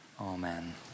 amen